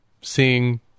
seeing